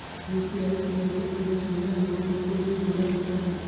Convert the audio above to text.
UPI peer to peer संग्रह अनुरोध को भी पूरा करता है